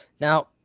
Now